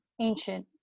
ancient